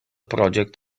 project